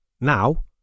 Now